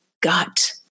gut